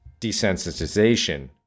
desensitization